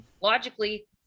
Logically